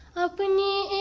upon you